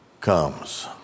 comes